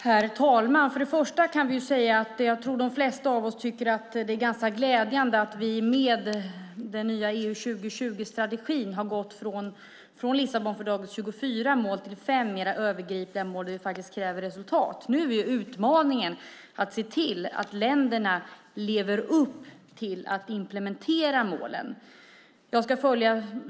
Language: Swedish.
Herr talman! Jag tror att de flesta av oss tycker att det är ganska glädjande att vi med den nya EU 2020-strategin har gått från Lissabonfördragets 24 mål till 5 mer övergripande mål där vi kräver resultat. Nu är utmaningen att se till att länderna lever upp till att implementera målen.